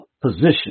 position